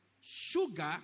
Sugar